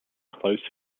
close